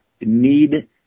need